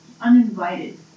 uninvited